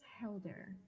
Helder